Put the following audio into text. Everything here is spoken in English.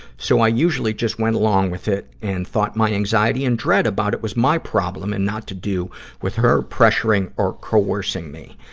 so i usually just went along with it and thought my anxiety and dread about it was my problem and not to do with her pressuring or coercing me.